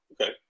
Okay